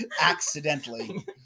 Accidentally